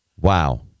Wow